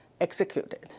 executed